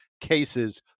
cases